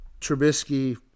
Trubisky